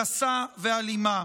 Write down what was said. גסה ואלימה.